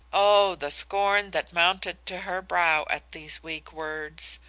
o the scorn that mounted to her brow at these weak words.